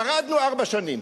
שרדנו ארבע שנים.